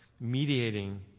mediating